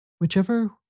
Whichever